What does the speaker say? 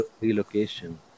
relocation